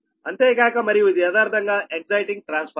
అంతేకాక మరియు ఇది యదార్ధంగా ఎక్సయిటింగ్ట్రాన్స్ఫార్మర్